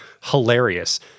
hilarious